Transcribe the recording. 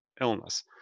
illness